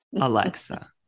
Alexa